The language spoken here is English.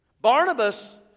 Barnabas